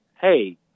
Hey